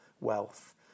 wealth